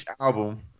album